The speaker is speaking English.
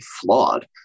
flawed